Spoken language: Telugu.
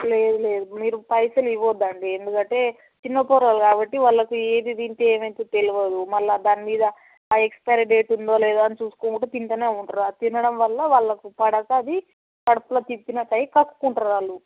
లేదు లేదు మీరు పైసలు ఇవ్వద్దండి ఎందుకంటే చిన్నపొరగాళ్ళు కాబట్టి వాళ్ళకు ఏది తింటే ఏమైతుందో తెలియదు మళ్ళా దాని మీద ఆ ఎక్స్పైరీ డేట్ ఉందో లేదో అని చూసుకోకుండా తింటనే ఉంటారు ఆ తినడం వల్ల పడక అది కడుపులో తిప్పినట్టు అయి కక్కుకుంటారు వాళ్ళు